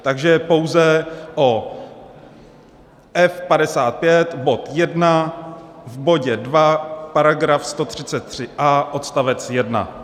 Takže pouze o F 55 , bod 1, v bodě 2 § 133a odst. 1.